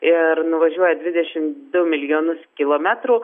ir nuvažiuoja dvidešimt du milijonus kilometrų